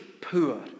poor